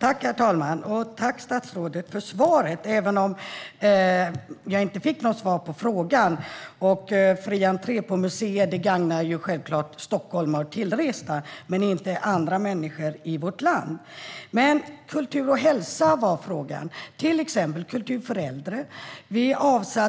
Herr talman! Tack för svaret, statsrådet, även om jag inte fick något svar på frågan! Fri entré på museer gagnar självklart stockholmare och tillresta men inte andra människor i vårt land. Men kultur och hälsa var frågan, till exempel kultur för äldre. Vi